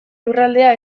lurraldea